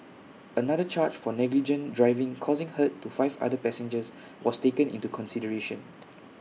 another charge for negligent driving causing hurt to five other passengers was taken into consideration